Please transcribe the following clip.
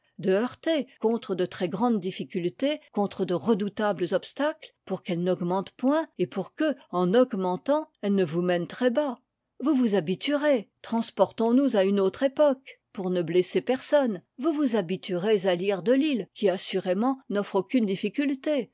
de heurter contre de très grandes difficultés contre de redoutables obstacles pour qu'elle n'augmente point et pour que en augmentant elle ne vous mène très bas vous vous habituerez transportons nous à une autre époque pour ne blesser personne vous vous habituerez à lire delille qui assurément n'offre aucune difficulté